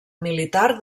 militar